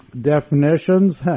definitions